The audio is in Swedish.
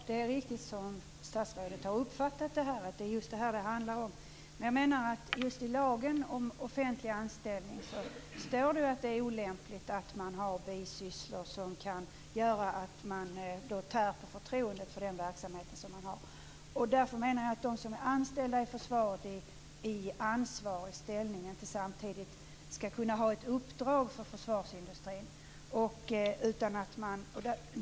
Fru talman! Det som statsrådet har uppfattat är riktigt. Det är just detta som det handlar om. I lagen om offentliganställning står det att det är olämpligt att man har bisysslor som kan göra att man tär på förtroendet för den verksamhet man representerar. Därför menar jag att personer i ansvarig ställning som är anställda i försvaret inte samtidigt skall kunna ha ett uppdrag i försvarsindustrin.